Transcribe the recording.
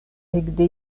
ekde